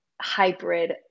hybrid